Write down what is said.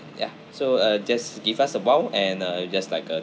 ya so uh just give us a while and uh it'll just like a